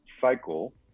cycle